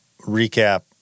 recap